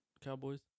Cowboys